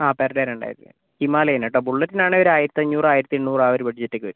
ആ per day രണ്ടായിരം രൂപ ഹിമാലയന് കേട്ടോ ബുള്ളറ്റിനാണെങ്കിൽ ഒരായിരത്തഞ്ഞൂറ് ആയിരത്തി എണ്ണൂറ് ആ ഒരു ബഡ്ജറ്റ് ഒക്കെ വരും